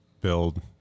build